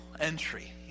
Entry